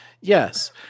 yes